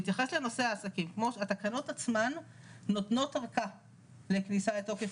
בהתייחס לנושא העסקים: התקנות עצמן נותנות ארכה לכניסה לתוקף